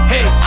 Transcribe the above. Hey